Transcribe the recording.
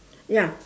ya